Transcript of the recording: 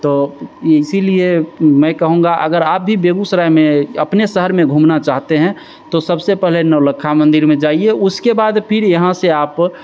तो इसीलिए मैं कहूँगा अगर आप भी बेगूसराय में अपने शहर में घूमना चाहते हैं तो सबसे पहले नौलखा मंदिर में जाइए उसके बाद फिर यहाँ से आप